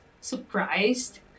surprised